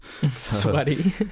Sweaty